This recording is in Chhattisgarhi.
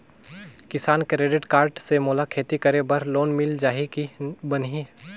किसान क्रेडिट कारड से मोला खेती करे बर लोन मिल जाहि की बनही??